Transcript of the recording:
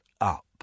up